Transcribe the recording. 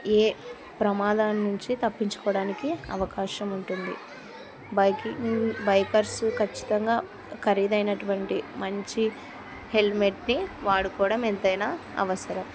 ఏ ప్రమాదాాల నుంచి తప్పించుకోవడానికి అవకాశం ఉంటుంది బైకింగ్ బైకర్స్ ఖచ్చితంగా ఖరీదైనటువంటి మంచి హెల్మెట్ని వాడుకోవడం ఎంతైనా అవసరం